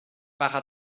para